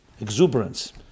exuberance